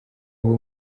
ubu